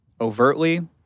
overtly